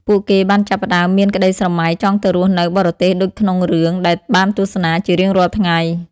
ពួកគេបានចាប់ផ្តើមមានក្តីស្រមៃចង់ទៅរស់នៅបរទេសដូចក្នុងរឿងដែលបានទស្សនាជារៀងរាល់ថ្ងៃ។